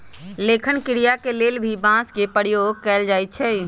लेखन क्रिया के लेल भी बांस के प्रयोग कैल जाई छई